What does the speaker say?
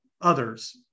others